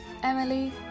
Emily